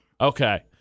Okay